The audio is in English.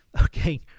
okay